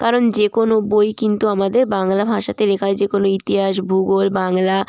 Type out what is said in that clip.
কারণ যে কোনো বই কিন্তু আমাদের বাংলা ভাষাতে লেখা হয় যে কোনো ইতিহাস ভূগোল বাংলা